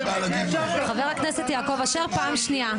--- חבר הכנסת יעקב אשר, פעם שנייה.